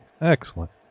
Excellent